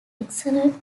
excellent